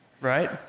right